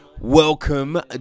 Welcome